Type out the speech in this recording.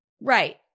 Right